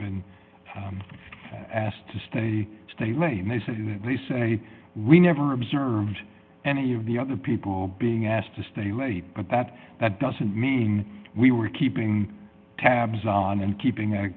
asked to stay stay late and they say that they say we never observed any of the other people being asked to stay late but that that doesn't mean we were keeping tabs on and keeping